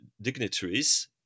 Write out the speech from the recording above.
dignitaries